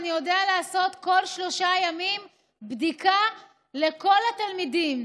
אני יודע לעשות כל שלושה ימים בדיקה לכל התלמידים.